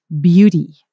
beauty